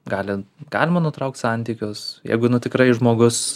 gali galima nutraukt santykius jeigu nu tikrai žmogus